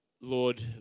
Lord